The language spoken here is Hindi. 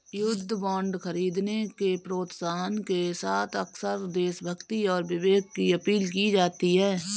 युद्ध बांड खरीदने के प्रोत्साहन के साथ अक्सर देशभक्ति और विवेक की अपील की जाती है